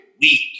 weak